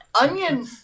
Onion